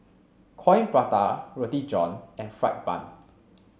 Coin Prata Roti John and fried bun